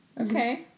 Okay